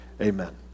Amen